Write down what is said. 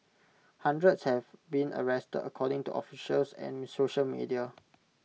hundreds have been arrested according to officials and social media